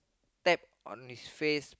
slap onto his face